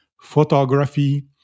photography